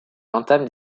entame